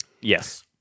Yes